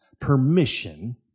Permission